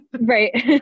Right